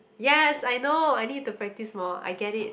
yes I know I need to practise more I get it